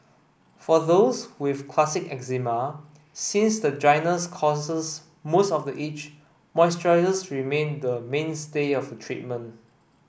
for those with classic eczema since the dryness causes most of the itch moisturisers remain the mainstay of treatment